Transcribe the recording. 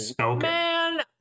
man